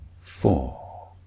four